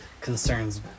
concerns